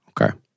Okay